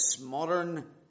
modern